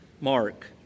Mark